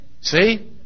See